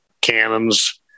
cannons